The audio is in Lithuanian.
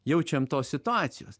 jaučiam tos situacijos